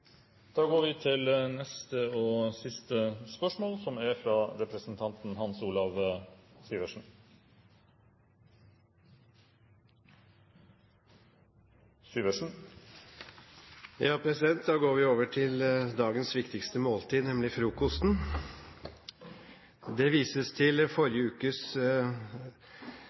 Da går vi over til dagens viktigste måltid, nemlig frokosten – det vises til forrige ukes